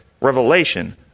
revelation